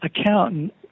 accountant